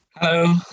Hello